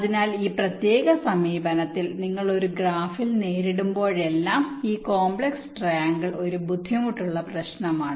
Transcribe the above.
അതിനാൽ ഈ പ്രത്യേക സമീപനത്തിൽ നിങ്ങൾ ഒരു ഗ്രാഫിൽ നേരിടുമ്പോഴെല്ലാം ഈ കോംപ്ലക്സ് ട്രൈആംഗിൾ ഒരു ബുദ്ധിമുട്ടുള്ള പ്രശ്നമാണ്